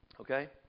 Okay